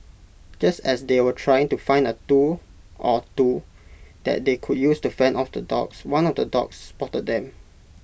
just as they were trying to find A tool or two that they could use to fend off the dogs one of the dogs spotted them